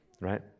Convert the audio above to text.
Right